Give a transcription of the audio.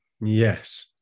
yes